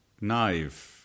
knife